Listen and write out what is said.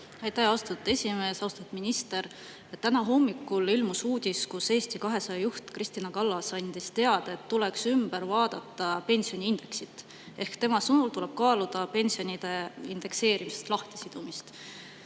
Aitäh, austatud esimees! Austatud minister! Täna hommikul ilmus uudis, kus Eesti 200 juht Kristina Kallas andis teada, et tuleks üle vaadata pensioniindeksid. Tema sõnul tuleb kaaluda pensionide indekseerimisest lahtisidumist.